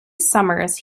summers